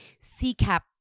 C-cap